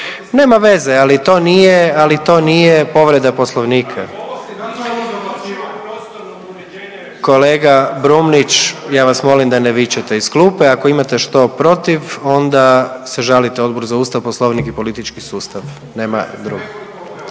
Brumnić se ne razumije/…. Kolega Brumnić, ja vas molim da ne vičete iz klupe, ako imate što protiv onda se žalite Odboru za ustav, poslovnik i politički sustav, nema druge.